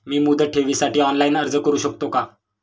मी मुदत ठेवीसाठी ऑनलाइन अर्ज करू शकतो का?